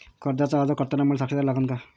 कर्जाचा अर्ज करताना मले साक्षीदार लागन का?